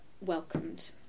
welcomed